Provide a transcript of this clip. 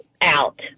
out